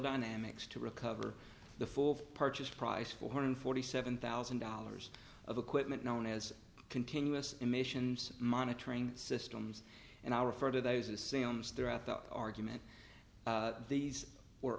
dynamics to recover the full of purchase price four hundred forty seven thousand dollars of equipment known as continuous emissions monitoring systems and i refer to those assam's throughout the argument these were